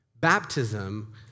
Baptism